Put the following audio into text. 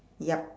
yup